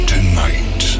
Tonight